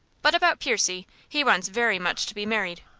but about percy he wants very much to be married.